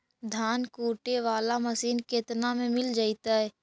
धान कुटे बाला मशीन केतना में मिल जइतै?